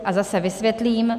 A zase vysvětlím.